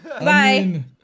Bye